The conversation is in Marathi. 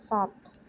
सात